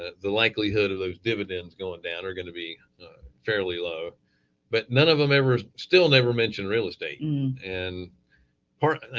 the likelihood of those dividends going down are going to be fairly low but none of them ever, still never mentioned real estate and and part.